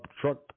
truck